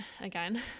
again